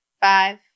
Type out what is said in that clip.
five